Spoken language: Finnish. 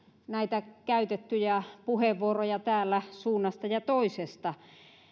näitä käytettyjä puheenvuoroja täällä suunnasta ja toisesta